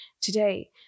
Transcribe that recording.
today